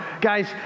guys